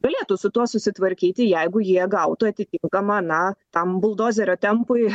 galėtų su tuo susitvarkyti jeigu jie gautų atitinkamą na tam buldozerio tempui